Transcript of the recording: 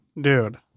Dude